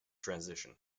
transition